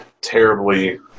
terribly